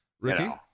Ricky